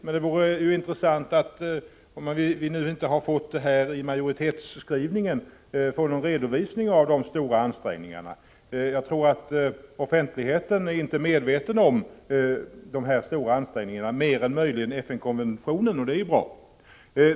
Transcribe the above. Men det vore intressant, om vi nu inte har fått med detta i majoritetsskrivningen, att få någon redovisning av de stora ansträngningarna. Jag tror att offentligheten inte är medveten om dessa stora ansträngningar. Möjligen är de som utarbetat FN-konventionen det, och det är ju bra.